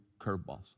curveballs